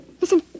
Listen